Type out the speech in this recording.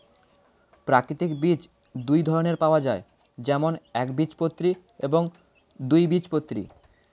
প্রাকৃতিক বীজ দুই ধরনের পাওয়া যায়, যেমন একবীজপত্রী এবং দুই বীজপত্রী